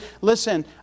Listen